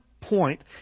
point